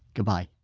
goodbye